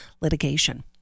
litigation